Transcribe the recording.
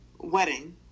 wedding